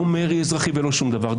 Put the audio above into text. לא מרי אזרחי ולא שום דבר.